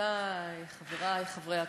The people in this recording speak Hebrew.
חברותי וחברי חברי הכנסת,